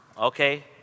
Okay